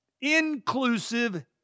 inclusive